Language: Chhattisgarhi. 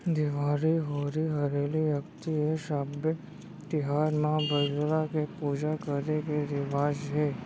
देवारी, होरी हरेली, अक्ती ए सब्बे तिहार म बइला के पूजा करे के रिवाज हे